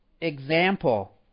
example